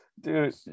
dude